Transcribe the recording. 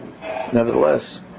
nevertheless